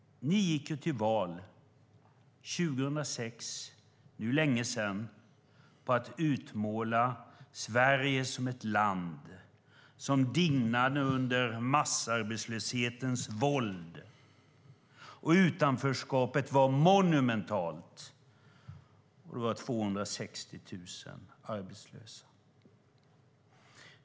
Ni gick till val år 2006 - det är länge sedan - på att utmåla Sverige som ett land som dignade under massarbetslöshetens våld och där utanförskapet var monumentalt. Det var 260 000 arbetslösa.